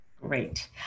Great